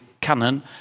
canon